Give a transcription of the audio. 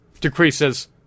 decreases